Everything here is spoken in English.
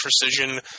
precision